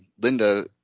Linda